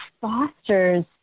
fosters